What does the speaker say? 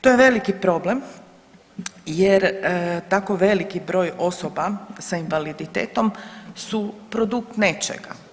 To je veliki problem, jer tako veliki broj osoba sa invaliditetom su produkt nečega.